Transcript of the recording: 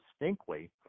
distinctly